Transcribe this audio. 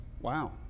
Wow